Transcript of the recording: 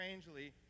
strangely